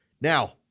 Now